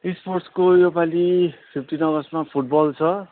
स्पोर्टसको यो पालि फिफ्टिन अगस्तमा फुट बल छ